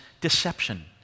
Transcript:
deception